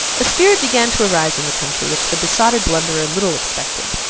a spirit began to arise in the country, which the besotted blunderer little expected.